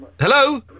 Hello